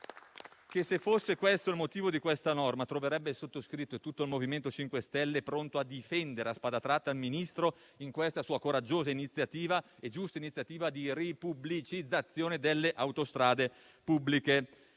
Se fosse questo il motivo di questa norma, troverebbe il sottoscritto e tutto il MoVimento 5 Stelle pronto a difendere a spada tratta il Ministro in questa sua coraggiosa e giusta iniziativa di ripubblicizzazione delle autostrade pubbliche.